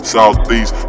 Southeast